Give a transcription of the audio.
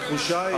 התחושה היא,